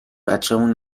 بچمون